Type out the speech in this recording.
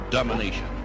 Domination